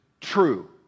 true